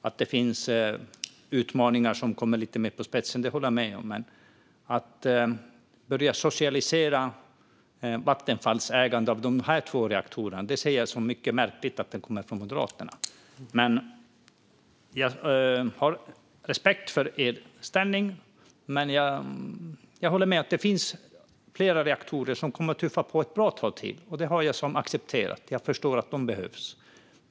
Att det finns utmaningar som kommer lite mer på spetsen håller jag med om, men jag ser det som mycket märkligt om Moderaterna vill börja socialisera Vattenfalls ägande av dessa två reaktorer. Jag har respekt för ert ställningstagande, Lars Hjälmered, och jag håller med om att det finns flera reaktorer som kommer att tuffa på ett bra tag till. Det har jag accepterat; jag förstår att de behövs.